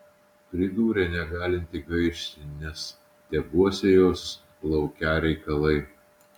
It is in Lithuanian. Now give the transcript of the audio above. pridūrė negalinti gaišti nes tebuose jos laukią reikalai